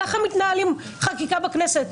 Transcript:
ככה מתנהלת חקיקה בכנסת.